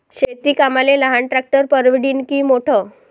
शेती कामाले लहान ट्रॅक्टर परवडीनं की मोठं?